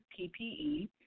PPE